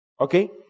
Okay